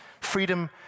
Freedom